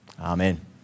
Amen